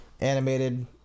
animated